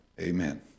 Amen